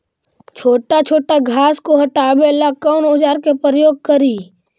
छोटा छोटा घास को हटाबे ला कौन औजार के प्रयोग करि?